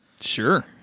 sure